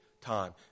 time